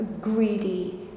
greedy